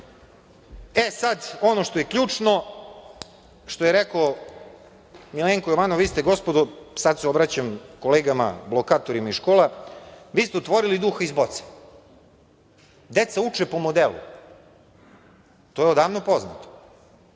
okej. Sad, ono što je ključno, što je rekao Milenko Jovanov, vi ste gospodo, sad se obraćam kolegama blokatorima iz škola, vi ste otvorili duha iz boce. Deca uče po modelu. To je odavno poznato.